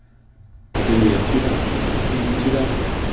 here we have two dots. and two dots here.